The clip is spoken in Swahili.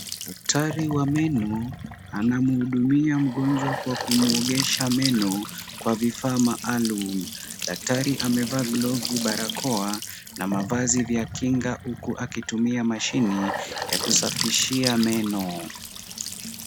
Daktari wa meno anamhudumia mgonjwa kwa kumwogesha meno kwa vifaa maalum. Daktari amevaa glavu, barakoa na mavazi ya kinga huku akitumia mashine ya kusafishia meno.